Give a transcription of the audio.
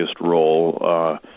role